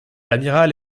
l’amiral